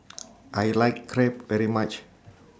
I like Crepe very much